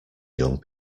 young